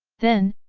then,